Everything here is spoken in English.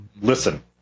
Listen